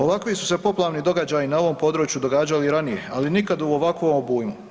Ovakvi su se poplavni događaji na ovom području događali i ranije, ali nikad u ovakvom obujmu.